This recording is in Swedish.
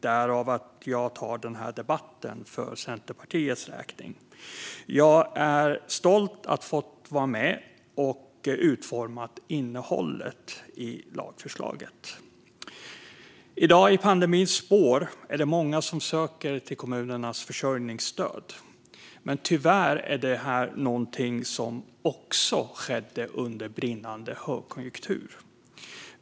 Därför tar jag den här debatten för Centerpartiets räkning, och jag är stolt över att ha fått vara med och utforma innehållet i lagförslaget. I pandemins spår är det i dag många som söker kommunernas försörjningsstöd. Tyvärr är det någonting som skedde också under brinnande högkonjunktur.